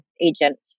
agent